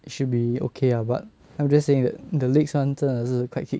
it should be okay lah but I'm just saying that the legs [one] 真的是 quite kick